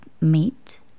meat